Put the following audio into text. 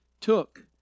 took